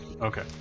Okay